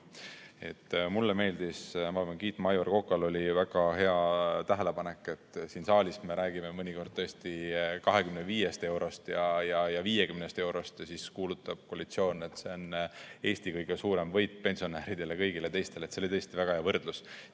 Mulle meeldis see ja ma pean kiitma Aivar Kokka, kellel oli väga hea tähelepanek. Siin saalis me räägime mõnikord tõesti 25 eurost ja 50 eurost ja siis kuulutab koalitsioon, et see on kõige suurem võit pensionäridele ja kõigile teistele. See oli tõesti väga hea võrdlus.